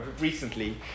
recently